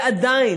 ועדיין,